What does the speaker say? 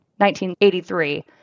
1983